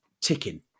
ticking